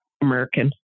american